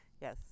yes